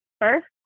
first